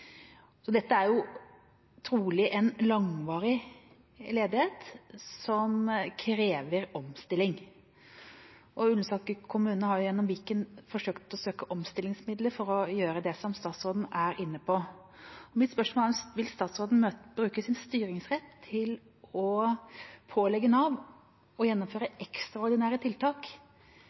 Dette er trolig en langvarig ledighet, som krever omstilling. Ullensaker kommune har gjennom Viken forsøkt å søke omstillingsmidler for å gjøre det som statsråden er inne på. Mitt spørsmål er: Vil statsråden bruke sin styringsrett til å pålegge Nav å gjennomføre ekstraordinære tiltak